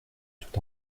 tout